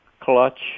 clutch